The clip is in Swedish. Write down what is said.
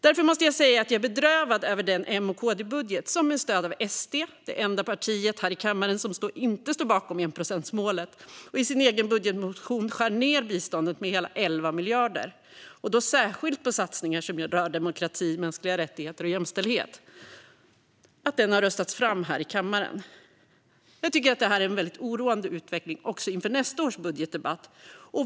Därför måste jag säga att jag är bedrövad över den M-KD-budget som röstats fram här i kammaren med stöd av SD, det enda parti i kammaren som inte står bakom enprocentsmålet. I sin egen budgetmotion skär SD ned biståndet med hela 11 miljarder. Det gäller särskilt satsningar som rör demokrati, mänskliga rättigheter och jämställdhet. Detta är en väldigt oroande utveckling även inför nästa års budgetdebatt.